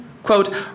Quote